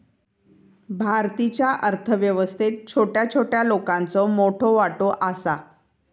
भारतीच्या अर्थ व्यवस्थेत छोट्या छोट्या लोकांचो मोठो वाटो आसा